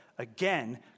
Again